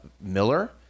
Miller